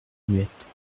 muette